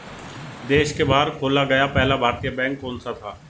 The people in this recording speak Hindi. देश के बाहर खोला गया पहला भारतीय बैंक कौन सा था?